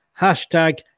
hashtag